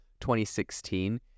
2016